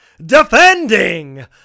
defending